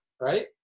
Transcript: right